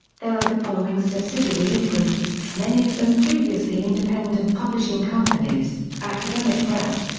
there are the following subsidiary imprints, many of them previously independent publishing companies academic press,